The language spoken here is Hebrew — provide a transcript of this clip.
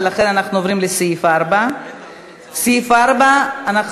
ולכן אנחנו עוברים לסעיף 4. בסעיף 4 אנחנו